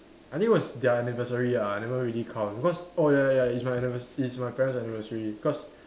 I think was their anniversary ah I never really count because oh ya ya it's my annivers~ it's my parents' anniversary because